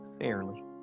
fairly